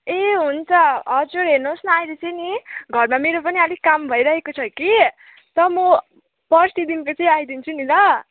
ए हुन्छ हजुर हेर्नुहोस् न अहिले चाहिँ नि घरमा मेरो पनि अलिक काम भइरहेको छ कि त म पर्सिदेखिन्को चाहिँ आइदिन्छु नि ल